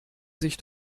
sich